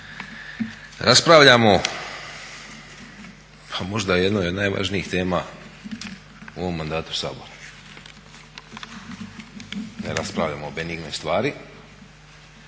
Raspravljamo o možda jednoj od najvažnijih tema u ovom mandatu Sabora, ne raspravljamo o benignoj stvari.